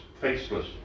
faceless